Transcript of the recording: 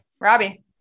Robbie